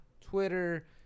Twitter